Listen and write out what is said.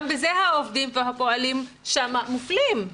גם בזה העובדים והפועלים שם מופלים.